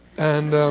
and